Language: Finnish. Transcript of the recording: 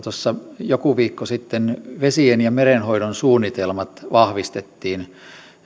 tuossa joku viikko sitten vesien ja merenhoidon suunnitelmat vahvistettiin